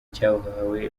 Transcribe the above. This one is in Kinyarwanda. cyahawe